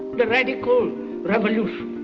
the radical revolution.